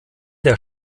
der